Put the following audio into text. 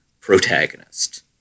protagonist